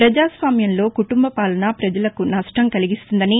పజాస్వామ్యంలో కుటుంబపాలన ప్రజలకు నష్టం కలిగిస్తుందనీ